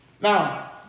Now